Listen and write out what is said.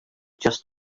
just